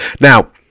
Now